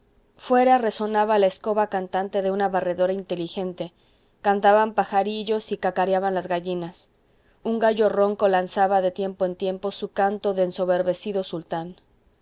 fuera resonaba la escoba cantante de una barredora inteligente cantaban pajarillos y cacareaban las gallinas un gallo ronco lanzaba de tiempo en tiempo su canto de ensoberbecido sultán